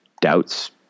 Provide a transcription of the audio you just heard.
doubts